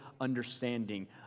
understanding